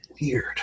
weird